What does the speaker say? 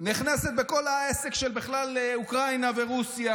נכנסת בכל העסק של בכלל אוקראינה ורוסיה,